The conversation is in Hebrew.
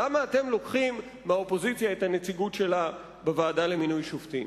למה אתם לוקחים מהאופוזיציה את הנציגות שלה בוועדה למינוי שופטים?